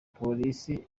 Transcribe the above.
polisi